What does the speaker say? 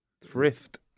Thrift